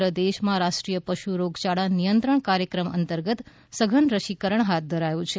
સમગ્ર દેશમાં રાષ્ટ્રીય પશુ રોગયાળા નિયંત્રણ કાર્થક્રમ અંતર્ગત સઘન રસીકરણ હાથ ધરાયું છે